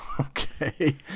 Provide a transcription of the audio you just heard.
okay